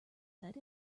said